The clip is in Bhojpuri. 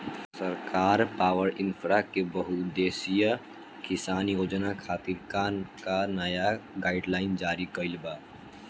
सरकार पॉवरइन्फ्रा के बहुउद्देश्यीय किसान योजना खातिर का का नया गाइडलाइन जारी कइले बा?